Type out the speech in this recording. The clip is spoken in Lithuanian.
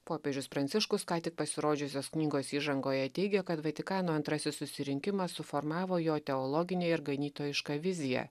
popiežius pranciškus ką tik pasirodžiusios knygos įžangoje teigia kad vatikano antrasis susirinkimas suformavo jo teologinę ir ganytojišką viziją